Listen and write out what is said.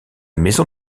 maison